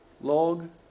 Log